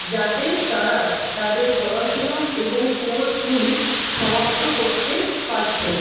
যাতে তারা তাদের পড়াশোনা এবং কোর্সগুলি সমাপ্ত করতে পারছেন